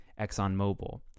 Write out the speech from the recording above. ExxonMobil